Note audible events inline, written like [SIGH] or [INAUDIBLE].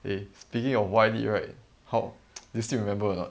eh speaking of Y lead right how [NOISE] do you still remember or not